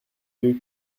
yeux